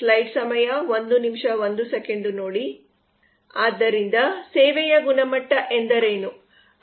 ಆದ್ದರಿಂದ ಸೇವೆಯ ಗುಣಮಟ್ಟ ಎಂದರೇನು